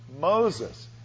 Moses